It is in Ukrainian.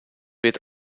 від